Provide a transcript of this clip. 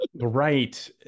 right